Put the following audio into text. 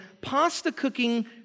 pasta-cooking